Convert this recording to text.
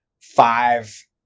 five